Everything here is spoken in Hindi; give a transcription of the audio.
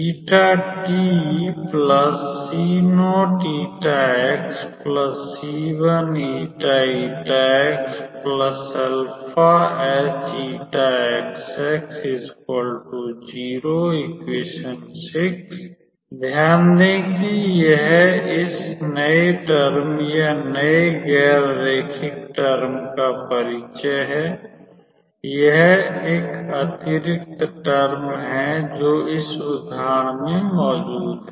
ध्यान दें कि यह इस नए टर्म या नए गैर रैखिक टर्म का परिचय है यह एक अतिरिक्त टर्म है जो इस उदाहरण में मौजूद है